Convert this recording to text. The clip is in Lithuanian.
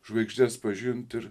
žvaigždes pažint ir